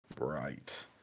Right